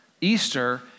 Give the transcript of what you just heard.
Easter